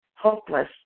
hopeless